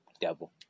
devil